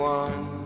one